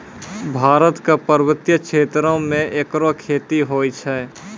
भारत क पर्वतीय क्षेत्रो म एकरो खेती होय छै